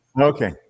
Okay